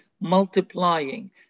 multiplying